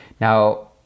Now